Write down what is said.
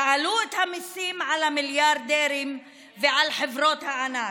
תעלו את המיסים למיליארדרים ולחברות הענק.